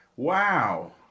Wow